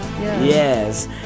Yes